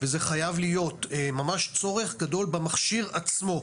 וזה חייב להיות ממש צורך גדול במכשיר עצמו.